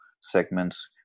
segments